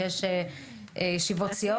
כי יש ישיבות סיעות.